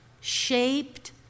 shaped